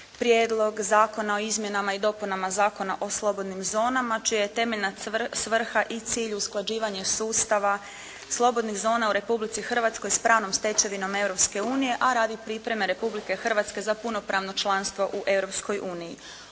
prijedloga zakona o izmjenama i dopunama Zakona o slobodnim zonama čija je temeljna svrha i cilj usklađivanje sustava slobodnih zona u Republici Hrvatskoj sa pravnom stečevinom Europske unije a radi pripreme Republike Hrvatske za punopravno članstvo u